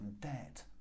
debt